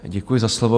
Děkuji za slovo.